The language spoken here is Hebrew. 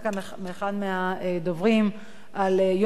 על-ידי אחד הדוברים העניין של יום הנכבה,